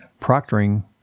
proctoring